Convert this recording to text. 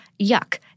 Yuck